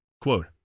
Quote